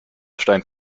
stein